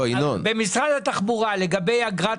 לגבי אגרת